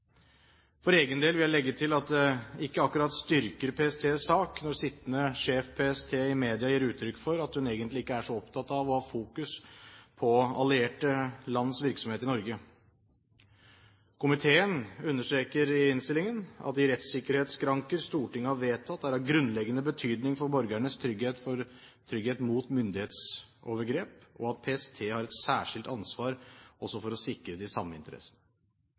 For egen del vil jeg legge til at det ikke akkurat styrker PSTs sak når sittende sjef for PST i media gir uttrykk for at hun egentlig ikke er så opptatt av å ha fokus på allierte lands virksomhet i Norge. Komiteen understreker i innstillingen at «de rettssikkerhetsskranker Stortinget har vedtatt, er av grunnleggende betydning for borgernes trygghet mot myndighetsovergrep, og at PST har et særlig ansvar for å sikre de samme